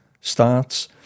starts